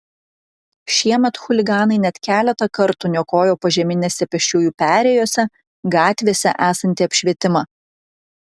šiemet chuliganai net keletą kartų niokojo požeminėse pėsčiųjų perėjose gatvėse esantį apšvietimą